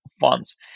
funds